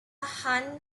han